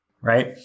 right